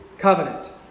covenant